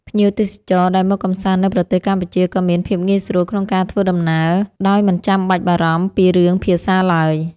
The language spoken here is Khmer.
ភ្ញៀវទេសចរដែលមកកម្សាន្តនៅប្រទេសកម្ពុជាក៏មានភាពងាយស្រួលក្នុងការធ្វើដំណើរដោយមិនចាំបាច់បារម្ភពីរឿងភាសាឡើយ។